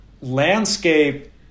landscape